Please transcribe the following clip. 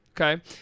okay